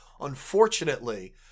Unfortunately